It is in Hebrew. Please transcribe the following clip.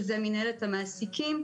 שזה מינהלת המעסיקים,